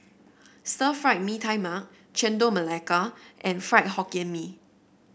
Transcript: Stir Fried Mee Tai Mak Chendol Melaka and Fried Hokkien Mee